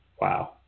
Wow